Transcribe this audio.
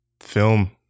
Film